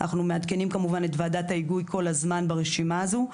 אנחנו מעדכנים את ועדת ההיגוי כל הזמן ברשימה הזו.